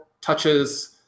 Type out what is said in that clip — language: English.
touches